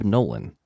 Nolan